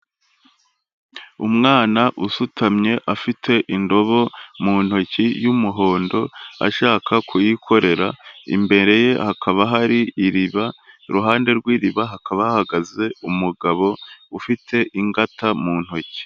Umwana usutamye afite indobo mu ntoki y'umuhondo, ashaka kuyikorera, imbere ye hakaba hari iriba, iruhande rw'iriba hakaba hahagaze umugabo ufite ingata mu ntoki.